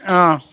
ꯑꯥ